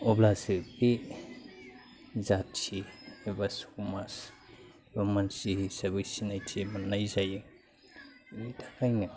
अब्लासो बे जाथि एबा समाज एबा मानसि हिसाबै सिनायथि मोन्नाय जायो बेनिथाखायनो